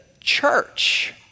church